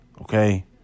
Okay